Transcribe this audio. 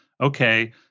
Okay